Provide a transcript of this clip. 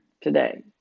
today